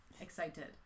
excited